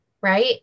Right